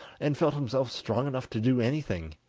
and felt himself strong enough to do anything,